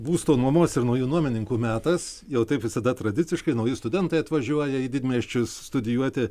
būsto nuomos ir naujų nuomininkų metas jau taip visada tradiciškai nauji studentai atvažiuoja į didmiesčius studijuoti